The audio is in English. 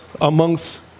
amongst